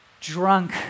drunk